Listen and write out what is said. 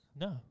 No